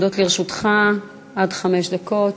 עומדות לרשותך עד חמש דקות,